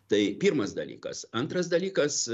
tai pirmas dalykas antras dalykas